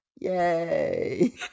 Yay